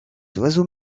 oiseaux